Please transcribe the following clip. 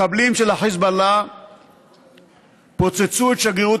מחבלים של החיזבאללה פוצצו את שגרירות